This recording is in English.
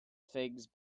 figs